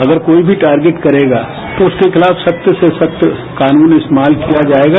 अगर कोई भी टारगेट करेगा तो उसके खिलाफ सख्त से सख्त कानूनइस्तेमाल किया जाएगा